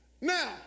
Now